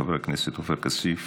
חבר הכנסת עופר כסיף,